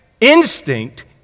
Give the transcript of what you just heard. instinct